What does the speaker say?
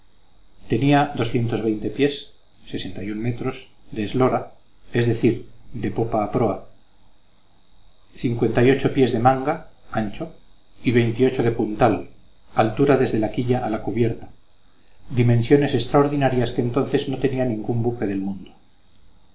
tenía pies sesenta y metros de eslora es decir de popa a proa cincuenta y ocho pies de manga ancho y de puntal altura desde la quilla a la cubierta dimensiones extraordinarias que entonces no tenía ningún buque del mundo